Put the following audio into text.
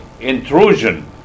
intrusion